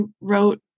wrote